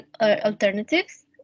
alternatives